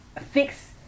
fix